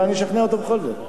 אולי אני אשכנע אותו בכל זאת.